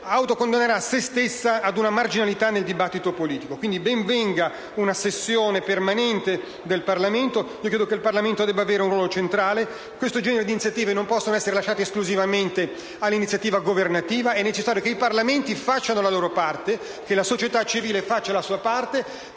autocondannerà se stessa ad una marginalità nel dibattito politico. Ben venga quindi una sessione permanente del Parlamento. Credo che il Parlamento debba avere un ruolo centrale, perché questo genere di iniziative non possono essere lasciate esclusivamente al Governo. È necessario che i Parlamenti facciano la loro parte, che la società civile faccia la sua parte,